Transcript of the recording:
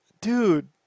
dude